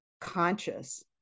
conscious